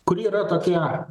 kuri yra tokia